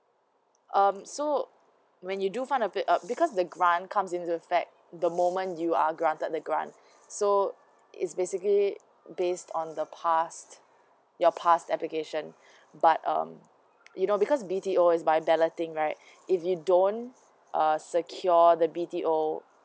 um so when you do find a bit uh because the grant comes in the fact the moment you are granted the grants so it's basically based on the past your past application but um you know because B_T_O is by balloting right if you don't err secure the B_T_O